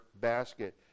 basket